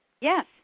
Yes